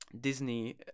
disney